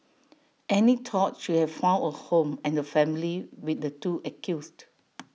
Annie thought she have found A home and A family with the two accused